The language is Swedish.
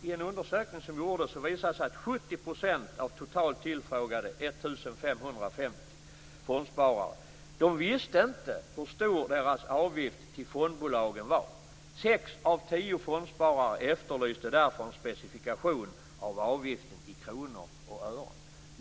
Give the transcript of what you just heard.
I en undersökning som gjordes visade det sig att 70 % av 1 550 tillfrågade fondsparare inte visste hur stor deras avgift till fondbolagen var. Sex av tio fondsparare efterlyste därför en specifikation av avgiften i kronor och ören.